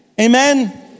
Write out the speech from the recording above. Amen